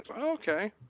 okay